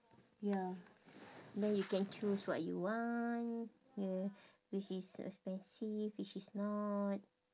ya then you can choose what you want yeah which is expensive which is not